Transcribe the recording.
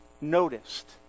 noticed